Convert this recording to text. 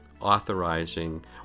authorizing